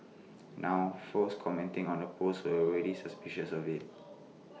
now folks commenting on the post were already suspicious of IT